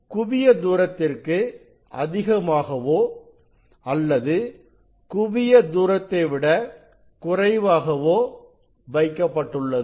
குவிய தூரத்திற்கு அதிகமாகவோ அல்லது குவிய தூரத்தை விட குறைவாகவோ வைக்கப்பட்டுள்ளது